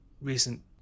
recent